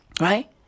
right